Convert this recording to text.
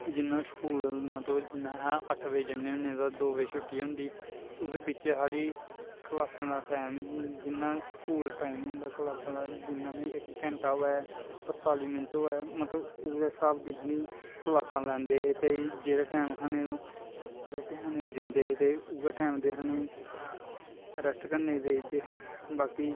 जि'यां स्कूल मतलब जि'यां ऐ हा अट्ठ बजे जन्ने होन्नें ते दो बजे छुट्टी होंदी ओह्दे बिच्च साढ़ी क्लासें दा टैम ही जि'यां स्कूल टैम होंदा क्लासें दा जिन्ना बी इक घैंटा होऐ पंजताली मिन्ट होऐ मतलब उ'ऐ स्हाब दियां सानूं क्लासां लैंदे हे ते जेह्ड़ा टैम सानूं रुट्टी खाने गी दिंदे हे ते उ'ऐ टैम दे सानूं रैस्ट करने गी देई 'रड़े हे बाकी